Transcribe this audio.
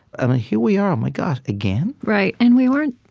and here we are oh, my god again? right. and we weren't